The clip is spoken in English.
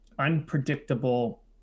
unpredictable